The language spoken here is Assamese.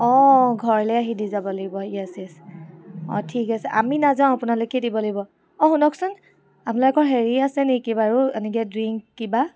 অ' ঘৰলৈ আহি দি যাব লাগিব য়েছ য়েছ অ' ঠিক আছে আমি নাযাওঁ আপোনালোকেই দিব লাগিব অ' শুনকচোন আপোনালোকৰ হেৰি আছে নেকি বাৰু এনেকৈ ড্ৰিংক কিবা